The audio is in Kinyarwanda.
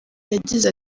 yagize